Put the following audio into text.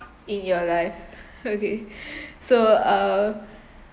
in your life okay so err